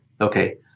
okay